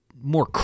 more